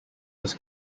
was